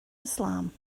islam